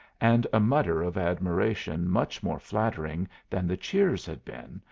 and a mutter of admiration much more flattering than the cheers had been,